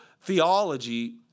theology